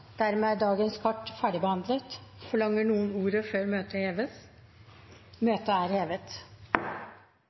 Dermed er dagens kart ferdigbehandlet. Forlanger noen ordet før møtet heves? – Møtet er hevet.